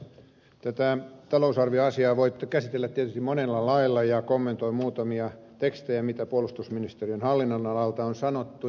tätä talousarvioasiaa voi käsitellä tietysti monella lailla ja kommentoin muutamia tekstejä mitä puolustusministeriön hallinnonalalta on sanottu